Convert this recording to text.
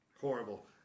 Horrible